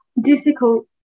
difficult